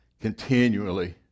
continually